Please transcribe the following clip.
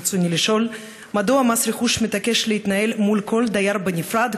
ברצוני לשאול: מדוע מתעקש מס רכוש להתנהל מול כל דייר בנפרד,